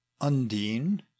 undine